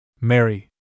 Mary